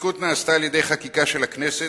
ההתנתקות נעשתה על-ידי חקיקה של הכנסת,